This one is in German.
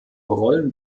rollen